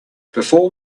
before